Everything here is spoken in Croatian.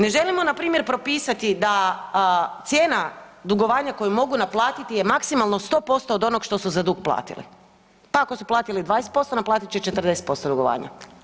Ne želimo npr. propisati da cijena dugovanja koja mogu naplatiti je maksimalno 100% od onog što su za dug platili, pa ako su platili 20% naplatit će 40% dugovanja.